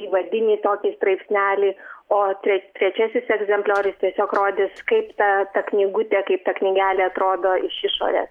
įvadinį tokį straipsnelį o tre trečiasis egzempliorius tiesiog rodys kaip ta ta knygutė kaip ta knygelė atrodo iš išorės